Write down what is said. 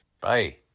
Bye